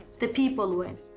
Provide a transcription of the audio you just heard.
the people win.